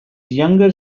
younger